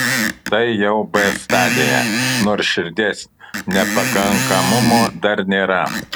tai jau b stadija nors širdies nepakankamumo dar nėra